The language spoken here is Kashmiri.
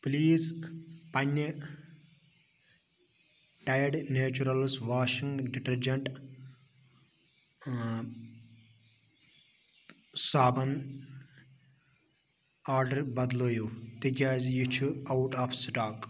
پٕلیٖز پنٛنہِ ٹایِڈ نیچرَلٕز واشِنٛگ ڈِٹٔرجنٛٹ صابَن آرڈر بدلٲیِو تِکیٛازِ یہِ چھُ آوُٹ آف سٕٹاک